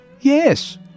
Yes